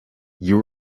you